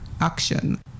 action